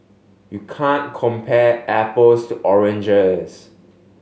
you can compare apples to oranges